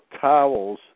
towels